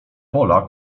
pola